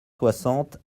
soixante